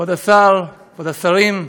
כבוד השר, כבוד השרים,